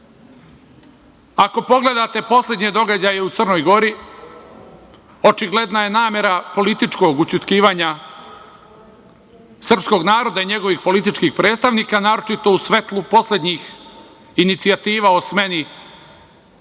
pogledate poslednje događaje u Crnoj Gori, očigledna je namera političkog ućutkivanja srpskog naroda i njegovih političkih predstavnika, naročito u svetlu poslednjih inicijativa o smeni